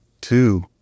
two